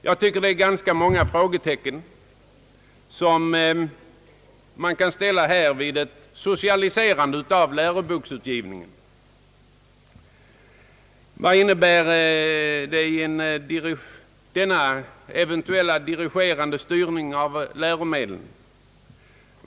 Jag tycker att det är ganska många frågetecken som man kan sätta inför ett förstatligande av läroboksutgivningen. Vad innebär denna eventuella dirigerande styrning av läromedlen?